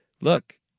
look